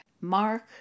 Mark